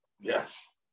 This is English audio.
Yes